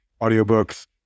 audiobooks